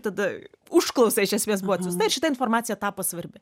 tada užklausa iš esmės buvo atsiųsta ir šita informacija tapo svarbi